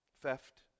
theft